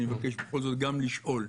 אני מבקש בכל זאת גם לשאול.